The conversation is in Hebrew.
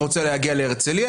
רוצה להגיע להרצליה,